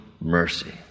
mercy